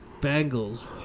Bengals